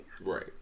Right